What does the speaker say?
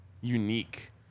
unique